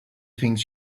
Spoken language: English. things